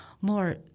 more